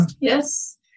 yes